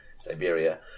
Siberia